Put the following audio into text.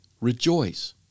rejoice